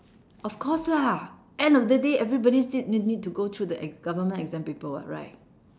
of course lah end of the day everybody still need need to go through the e~ government exam paper [what] right